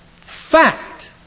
fact